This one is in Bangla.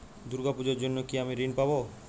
দুর্গা পুজোর জন্য কি আমি ঋণ পাবো?